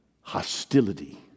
hostility